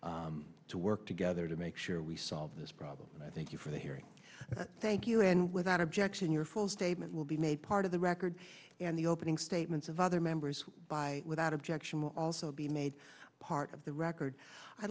well to work together to make sure we solve this problem and i thank you for the hearing thank you and without objection your full statement will be made part of the record and the opening statements of other members by without objection will also be made part of the record i